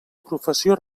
professió